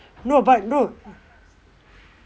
no but no